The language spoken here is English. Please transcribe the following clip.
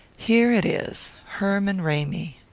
here it is herman ramy.